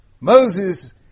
Moses